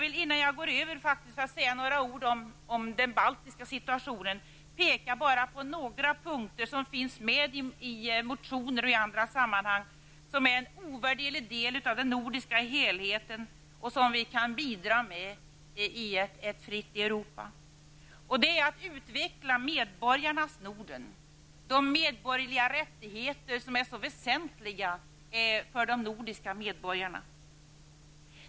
Innan jag går över för att säga några ord om den baltiska situationen vill jag bara peka på några punkter som finns med i motioner och i andra sammanhang. Dessa punkter är en ovärderlig del av den nordiska helheten och något som vi kan bidra med i ett fritt Europa. Det är att utveckla medborgarnas Norden och de medborgerliga rättigheter som är så väsentliga för de nordiska medborgarna.